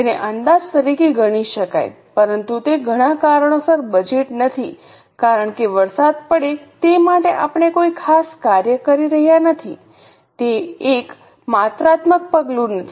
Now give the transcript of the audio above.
તેને અંદાજ તરીકે ગણી શકાય પરંતુ તે ઘણા કારણોસર બજેટ નથી કારણ કે વરસાદ પડે તે માટે આપણે કોઈ ખાસ કાર્ય કરી નથી રહ્યા તે એક માત્રાત્મક પગલું નથી